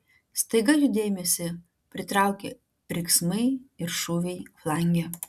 staiga jų dėmesį pritraukė riksmai ir šūviai flange